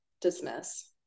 dismiss